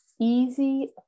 easy